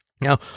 Now